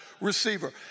receiver